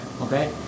Okay